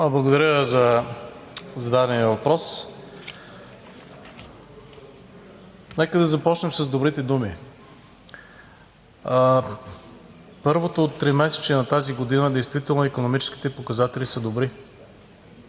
Благодаря за зададения въпрос. Нека да започнем с добрите думи. Първото тримесечие на тази година действително икономическите показатели са добри.